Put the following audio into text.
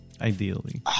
ideally